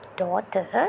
daughter